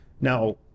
Now